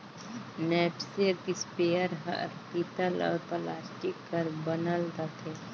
knapsack sprayer हर पीतल अउ प्लास्टिक कर बनल रथे